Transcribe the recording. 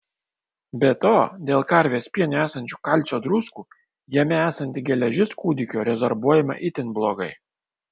be to dėl karvės piene esančių kalcio druskų jame esanti geležis kūdikio rezorbuojama itin blogai